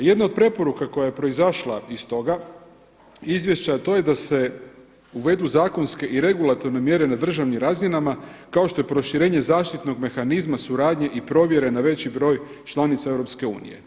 Jedna od preporuka koja je proizašla iz toga Izvješća, to je da se uvedu zakonske i regulatorne mjere na državnim razinama kao što je proširenje zaštitnog mehanizma suradnje i provjere na veći broj članica Europske unije.